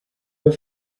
have